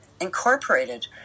incorporated